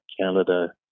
Canada